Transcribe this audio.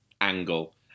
angle